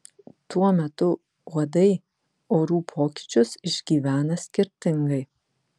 tuo metu uodai orų pokyčius išgyvena skirtingai